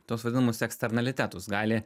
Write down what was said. tuos vadinamus eksternalitetus gali